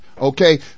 Okay